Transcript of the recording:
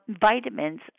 vitamins